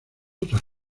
otras